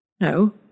no